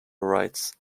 rights